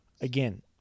again